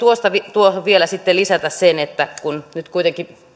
tuohon vielä lisätä sen kun nyt kuitenkin